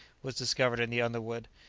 was discovered in the underwood.